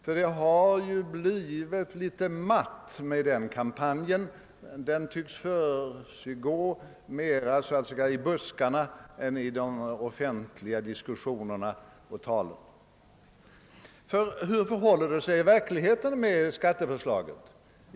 Ty det har ju blivit litet matt med kampanjen — den tycks försiggå mera i buskarna än i de offentliga diskussionerna och talen. Och hur förhåller det sig i verkligheten med skatteförslaget?